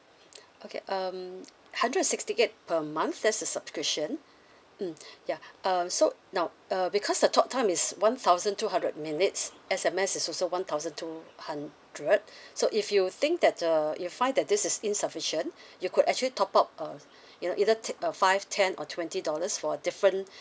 okay um hundred and sixty eight per month that's the subscription mm ya um so now uh because the talk time is one thousand two hundred minutes S_M_S is also one thousand two hundred so if you think that err you find that this is insufficient you could actually top up uh you know either take a five ten or twenty dollars for a different